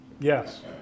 Yes